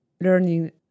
learning